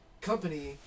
company